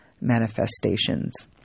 manifestations